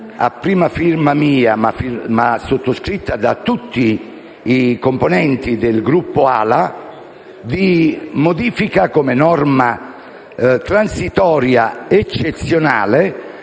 mia prima firma e sottoscritta da tutti i componenti del Gruppo AL-A, tesa alla modifica, come norma transitoria eccezionale,